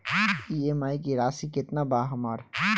EMI की राशि केतना बा हमर?